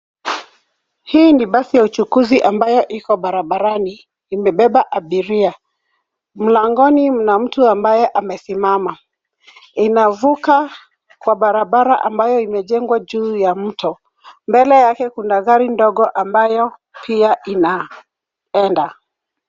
Hii ni basi ya uchukuzi ambayo iko barabarani imebeba abiria. Mlangoni mna mtu ambaye amesimama. Inavuka kwa barabara ambayo imejengwa juu ya mto. Mbele yake kuna gari ndogo ambayo pia inaenda.